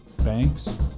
Banks